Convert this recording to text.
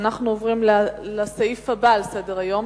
אנחנו עוברים לסעיף הבא על סדר-היום.